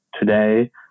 today